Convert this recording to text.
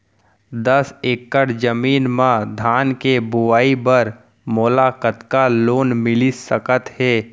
दस एकड़ जमीन मा धान के बुआई बर मोला कतका लोन मिलिस सकत हे?